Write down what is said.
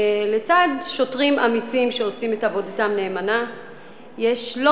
לצד שוטרים אמיצים שעושים עבודתם נאמנה יש לא